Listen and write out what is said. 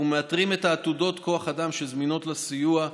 אנחנו מאתרים את עתודות כוח האדם שזמינות לסיוע.